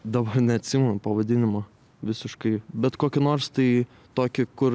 dabar neatsimenu pavadinimo visiškai bet kokį nors tai tokį kur